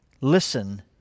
Listen